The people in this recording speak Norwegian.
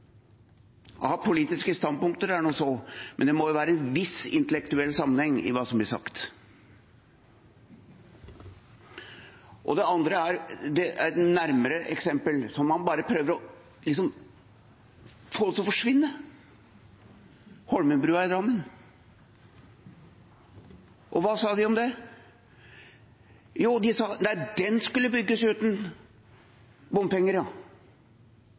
Å ha politiske standpunkter er nå så, men det må jo være en viss intellektuell sammenheng i hva som blir sagt. Det andre er et nærmere eksempel, som man bare prøver liksom å få til å forsvinne: Holmenbrua i Drammen. Og hva sa de om det? Jo, de sa: Nei, den skulle bygges uten bompenger.